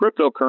cryptocurrency